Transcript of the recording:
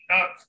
up